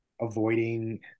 avoiding